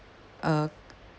uh